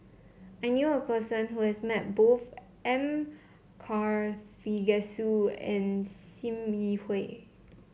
I knew a person who has met both M Karthigesu and Sim Yi Hui